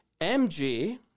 MG